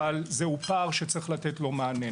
אבל זהו פער שצריך לתת לו מענה.